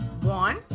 One